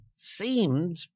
seemed